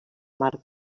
marca